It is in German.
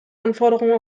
anforderungen